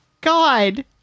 god